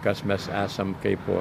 kas mes esam kaipo